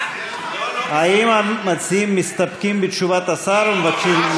האם המציעים מסתפקים בתשובת השר או מבקשים,